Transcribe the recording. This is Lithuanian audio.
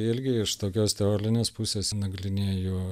irgi iš tokios teorinės pusės nagrinėju